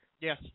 Yes